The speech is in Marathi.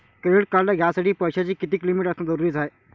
क्रेडिट कार्ड घ्यासाठी पैशाची कितीक लिमिट असनं जरुरीच हाय?